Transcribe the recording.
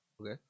Okay